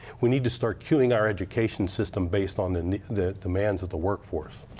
we need to start queuing our education system based on and the demands of the workforce.